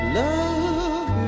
love